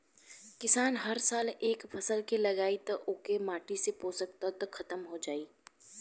किसान हर साल एके फसल के लगायी त ओह माटी से पोषक तत्व ख़तम हो जाई